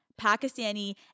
Pakistani